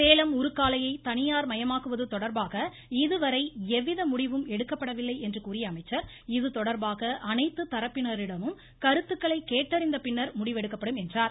சேலம் உருக்காலையை தனியார்மயமாக்குவது தொடர்பாக இதுவரை எவ்வித முடிவும் எடுக்கப்படவில்லை என்று கூறிய அமைச்சர் இது தொடர்பாக அனைத்து தரப்பினரிடமும் கருத்துக்களை கேட்டறிந்தபின்னர் முடிவெடுக்கப்படும் என்றார்